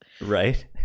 Right